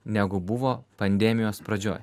negu buvo pandemijos pradžioj